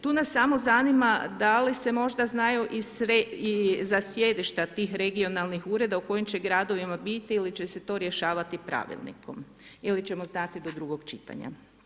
Tu nas samo zanima da li se možda znaju i za sjedišta tih regionalnih ureda u kojem će gradovima biti ili će se to rješavati pravilnikom ili ćemo znati do drugog čitanja.